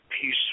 peace